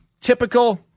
typical